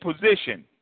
position